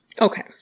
Okay